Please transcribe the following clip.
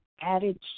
added